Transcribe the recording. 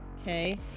Okay